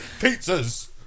Pizza's